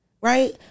right